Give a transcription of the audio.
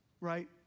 right